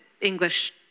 English